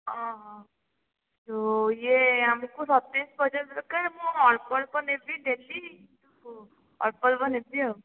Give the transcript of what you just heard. ହଁ ହଁ ଯେଉଁ ଇଏ ଆମକୁ ସତେଇଶ ପର୍ଯ୍ୟନ୍ତ ଦରକାର ମୁଁ ଅଳ୍ପ ଅଳ୍ପ ନେବି ଡେଲି ଅଳ୍ପ ଅଳ୍ପ ନେବି ଆଉ